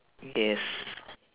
yes